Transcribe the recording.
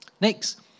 Next